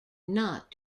not